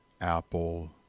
Apple